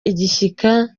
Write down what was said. igishyika